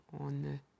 on